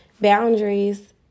Boundaries